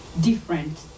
different